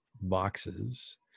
boxes